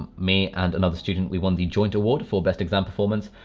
me and another student. we won the joint award for best exam performance.